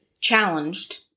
challenged